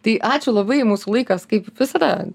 tai ačiū labai mūsų laikas kaip visada